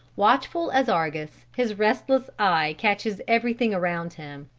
watchful as argus, his restless eye catches everything around him.